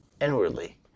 inwardly